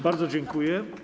Bardzo dziękuję.